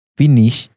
finish